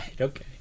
Okay